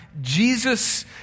Jesus